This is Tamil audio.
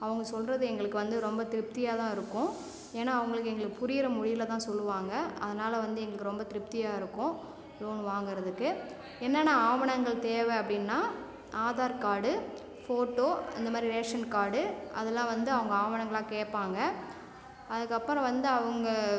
அவங்க சொல்லுறது எங்களுக்கு வந்து ரொம்ப திருப்தியாகதான் இருக்கும் ஏன்னா அவங்களுக்கு எங்களுக்கு புரியிற மொழில தான் சொல்லுவாங்க அதனால் வந்து எங்களுக்கு ரொம்ப திருப்தியாக இருக்கும் லோன் வாங்கறதுக்கு என்னான்ன ஆவணங்கள் தேவை அப்படின்னா ஆதார் கார்டு ஃபோட்டோ அந்த மாரி ரேஷன் கார்டு அதெலாம் வந்து அவங்க ஆவணங்களாக கேட்பாங்க அதற்கப்பறம் வந்து அவங்க